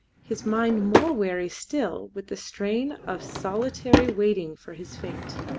his mind more weary still with the strain of solitary waiting for his fate.